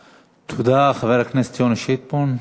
תודה, חבר הכנסת יוני שטבון.